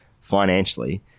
financially